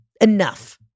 enough